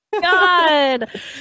God